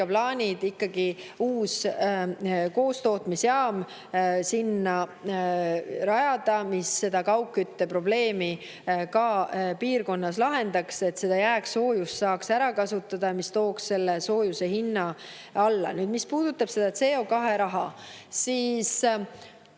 plaan ikkagi uus koostootmisjaam sinna rajada, mis kaugkütteprobleemi piirkonnas lahendaks, et jääksoojust saaks ära kasutada, mis tooks soojuse hinna alla. Mis puudutab CO2raha, siis